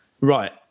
Right